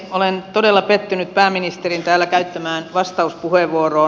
olen todella pettynyt pääministerin täällä käyttämään vastauspuheenvuoroon